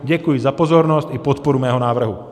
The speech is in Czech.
Děkuji za pozornost i podporu mého návrhu.